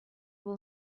will